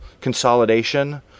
consolidation